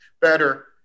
better